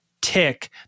tick